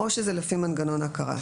או שזה לפי מנגנון ההכרה.